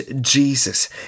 Jesus